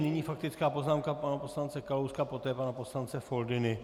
Nyní faktická poznámka pana poslance Kalouska, poté pana poslance Foldyny.